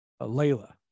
Layla